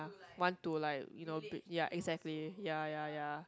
want to like you know exactly ya ya ya